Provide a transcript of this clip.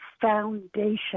foundation